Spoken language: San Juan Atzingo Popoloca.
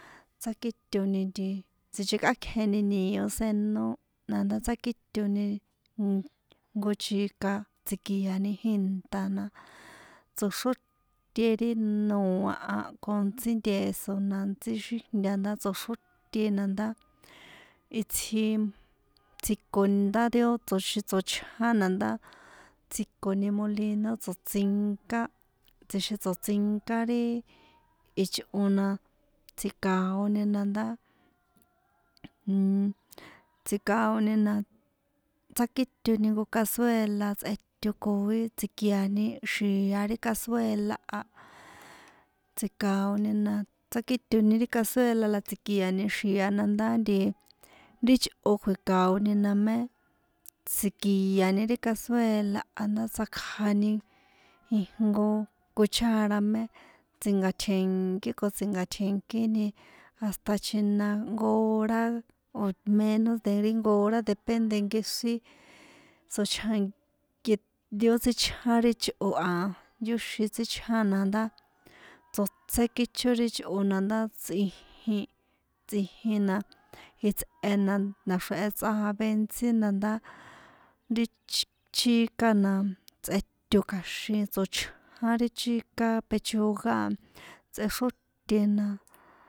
Tsakiton nti sinchekꞌákjeni nio senó na ndá tsákitoni ijnko chika tsi̱kiani inta na tsoxróte ri noa a ko ntsí nteso na ntsí xíjnta na ndá tsoxróte na ndá itsji tsjiko nda ri ó tsjixin tsochján na ndá tsjikoni molino tsoṭsinká tsjixin tsoṭsinká ri ichꞌo na tsji̱kaoni na ndá nnn tsji̱kaoni na tsákitoni jnko cazuela tsꞌeto kio tsi̱kiani xia ri cazuela a tsi̱kaoni na tsákito ri cazuela la tsi̱kiani xia na ndá ri chꞌó kui̱kaoni na mé tsi̱kiani ri cazuela na ndá tsakjani ijnko cuchara mé tsi̱nkaṭjie̱nkí ko tsi̱nkaṭjie̱nkini hasta jnko chjina jnko hora o̱ menos de ri jnko hora depende nkexrín tsochján nke ri ó tsíchján ri chꞌo a yóxin tsíchján na ndá tsotsé kícho ri chꞌo na ndá tsꞌijin tsꞌijin na jitsꞌe na̱xrea tsꞌave intsí na ndá ri chi chíkana tsꞌeto kja̱xin tsochján ri chika pechuga tsꞌexróte na.